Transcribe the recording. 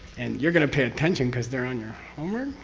and you're going to pay attention because they're on your homework?